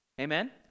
Amen